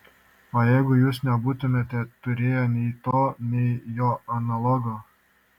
o jeigu jūs nebūtumėte turėję nei to nei jo analogo